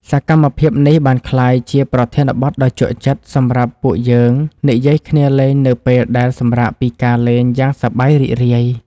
សកម្មភាពនេះបានក្លាយជាប្រធានបទដ៏ជក់ចិត្តសម្រាប់ពួកយើងនិយាយគ្នាលេងនៅពេលដែលសម្រាកពីការលេងយ៉ាងសប្បាយរីករាយ។